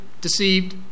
deceived